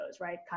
right